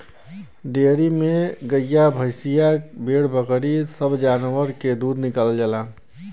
dairy में गइया भईंसिया भेड़ बकरी सब जानवर के दूध निकालल जाला